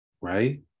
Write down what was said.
right